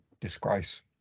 Disgrace